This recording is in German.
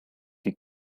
die